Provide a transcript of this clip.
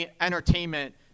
entertainment